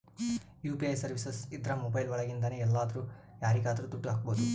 UPI services ಇದ್ರ mobile ಒಳಗಿಂದನೆ ಎಲ್ಲಾದ್ರೂ ಯಾರಿಗಾದ್ರೂ ದುಡ್ಡು ಹಕ್ಬೋದು